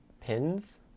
pins